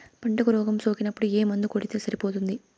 పంటకు రోగం సోకినపుడు ఏ మందు కొడితే సరిపోతుంది?